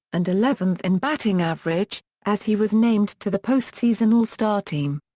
and eleventh in batting average, as he was named to the postseason all-star team.